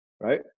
Right